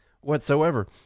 whatsoever